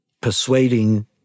persuading